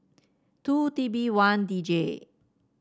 two T B one D J